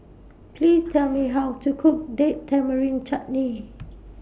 Please Tell Me How to Cook Date Tamarind Chutney